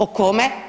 O kome?